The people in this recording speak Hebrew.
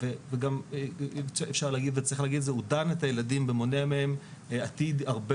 וגם אפשר להגיד הוא דן את הילדים ומונע מהם עתיד הרבה